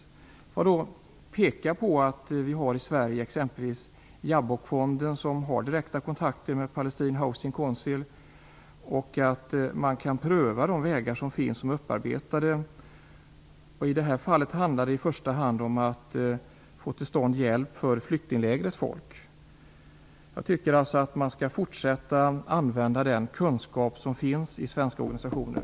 Jag vill då peka på att vi i Sverige har Jabbokfonden, som har direkta kontakter med Palestinian Housing Council, och att man kan pröva de vägar som finns och som är upparbetade. I det här fallet handlar det i första hand om att få till stånd hjälp för flyktinglägrets folk. Jag tycker att man skall fortsätta använda den kunskap som finns i svenska organisationer.